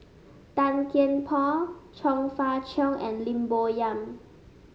Tan Kian Por Chong Fah Cheong and Lim Bo Yam